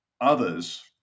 others